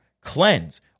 cleanse